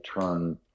turn